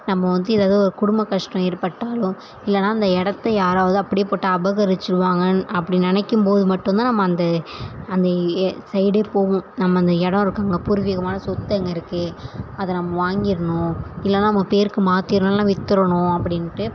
நம்ம வந்து ஏதாவது குடும்ப கஷ்டம் ஏற்பட்டாலும் இல்லைன்னா அந்த இடத்த யாராவது அப்படியே போட்டு அபகரிச்சிருவாங்கன்னு அப்படி நினைக்கும் போது மட்டும்தான் நம்ம அந்த அந்த எ சைடே போவோம் நம்ம அந்த இடம் இருக்குது பூர்வீகமான சொத்து அங்கே இருக்குது அதை நம்ம வாங்கிடணும் இல்லைன்னா நம்ம பேருக்கு மாற்றிருணும் இல்லைன்னா விற்றுருணும் அப்படினுட்டு